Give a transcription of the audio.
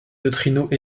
neutrinos